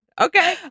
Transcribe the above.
Okay